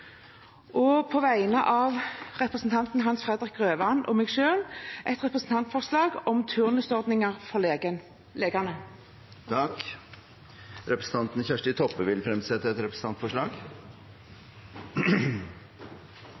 Og på vegne av representanten Hans Fredrik Grøvan og meg selv vil jeg fremme et representantforslag om turnusordningen for leger. Representanten Kjersti Toppe vil fremsette et representantforslag.